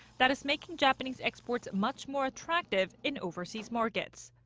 that is making japanese exports much more attractive in overseas markets.